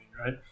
right